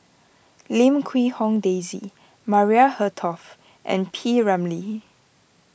Lim Quee Hong Daisy Maria Hertogh and P Ramlee